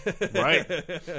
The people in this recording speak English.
Right